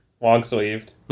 long-sleeved